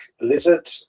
lizard